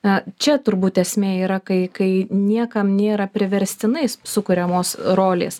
na čia turbūt esmė yra kai kai niekam nėra priverstinai sukuriamos rolės